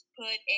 put